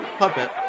puppet